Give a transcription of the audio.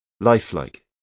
lifelike